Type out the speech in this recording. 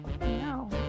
No